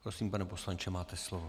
Prosím, pane poslanče, máte slovo.